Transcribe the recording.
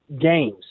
games